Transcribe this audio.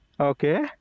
Okay